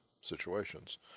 situations